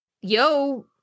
yo